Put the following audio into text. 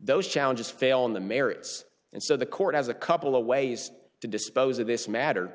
those challenges fail on the merits and so the court has a couple of ways to dispose of this matter